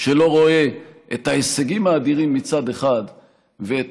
שלא רואה את ההישגים האדירים מצד אחד ואת